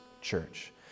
church